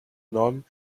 none